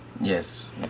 Yes